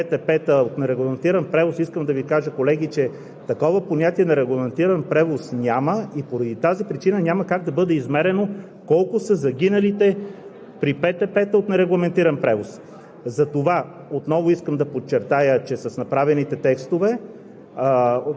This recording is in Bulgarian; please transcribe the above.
По отношение изказванията за нерегламентирания превоз, които чух преди малко от колеги, за починалите при ПТП-та от нерегламентиран превоз. Колеги, искам да Ви кажа, че такова понятие „нерегламентиран превоз“ няма и поради тази причина няма как да бъде измерено